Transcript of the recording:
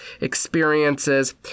experiences